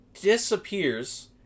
disappears